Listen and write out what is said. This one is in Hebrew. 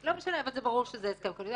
לא משנה, אבל זה ברור שזה הסכם קואליציוני.